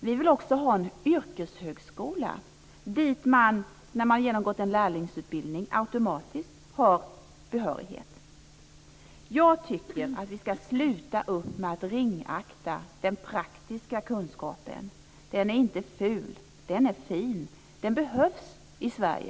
Vi vill också ha en yrkeshögskola, dit man automatiskt har behörighet när man har genomgått en lärlingsutbildning. Jag tycker att vi ska sluta upp med att ringakta den praktiska kunskapen. Den är inte ful. Den är fin. Den behövs i Sverige.